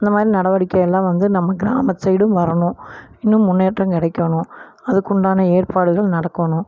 இந்த மாதிரி நடவடிக்கை எல்லாம் வந்து நம்ம கிராமத்து சைடும் வரணும் இன்னும் முன்னேற்றம் கிடைக்கணும் அதுக்கு உண்டான ஏற்பாடுகள் நடக்கணும்